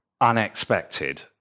unexpected